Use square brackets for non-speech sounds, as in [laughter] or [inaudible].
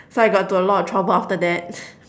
so I got into a lot of trouble after that [laughs]